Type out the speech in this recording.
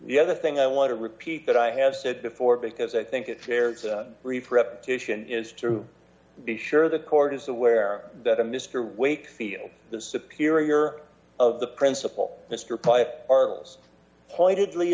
the other thing i want to repeat that i have said before because i think it fair to brief repetition is to be sure the court is aware that a mr wakefield the superior of the principal mr piper arles pointed